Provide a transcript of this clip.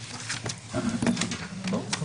הישיבה ננעלה בשעה 13:50.